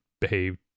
behaved